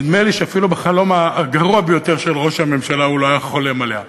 נדמה לי שאפילו בחלום הגרוע ביותר של ראש הממשלה הוא לא היה חולם עליה.